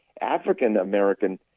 African-American